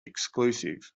exclusive